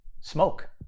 smoke